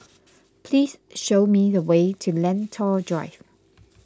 please show me the way to Lentor Drive